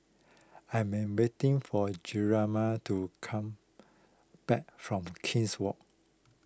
I am waiting for Jarama to come back from King's Walk